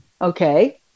Okay